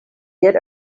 get